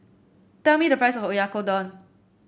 tell me the price of Oyakodon